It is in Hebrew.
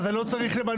אז אני לא צריך למנות,